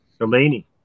Delaney